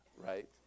right